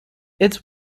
its